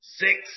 six